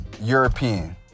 european